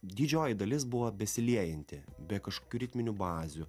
didžioji dalis buvo besiliejanti be kažkokių ritminių bazių